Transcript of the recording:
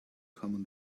common